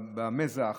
במזח,